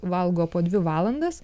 valgo po dvi valandas